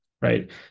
right